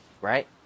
right